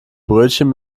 brötchen